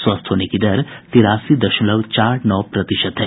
स्वस्थ होने की दर तिरासी दशमलव चार नौ प्रतिशत है